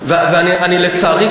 ולצערי,